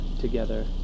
together